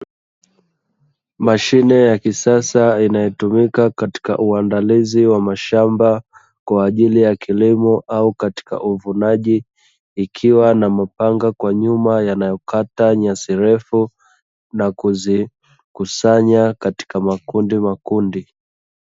Mashine ya kisasa inayotumika katika uandalizi wa mashamba kwa ajili ya kilimo au katika uvunaji, ikiwa na mapanga kwa nyuma yanayokata nyasirefu na kuzikusanya katika makundi makundi.